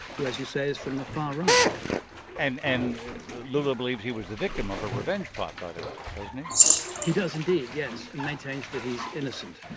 who as you say is from the far-right and and lula believes he was the victim of a revenge plot by the right, doesn't he? he does indeed, yes, and maintains that he's innocent.